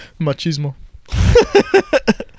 Machismo